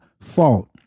fault